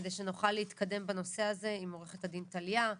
כדי שנוכל להתקדם בנושא הזה, עם עו"ד טליה,